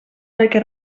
perquè